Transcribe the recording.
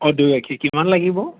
অঁ দৈ গাখীৰ কিমান লাগিব